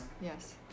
yes